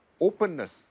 openness